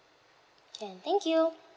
can thank you